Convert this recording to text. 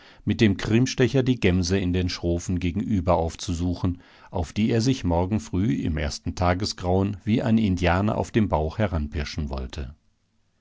mit dem krimstecher die gemse in den schrofen gegenüber aufzusuchen auf die er sich morgen früh im ersten tagesgrauen wie ein indianer auf dem bauch heranpirschen wollte